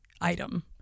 item